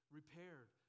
repaired